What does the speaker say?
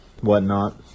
whatnot